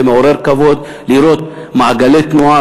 זה מעורר כבוד לראות מעגלי תנועה,